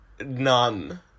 None